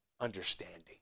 Understanding